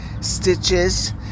stitches